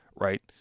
right